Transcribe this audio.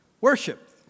Worship